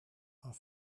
are